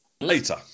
later